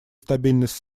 стабильность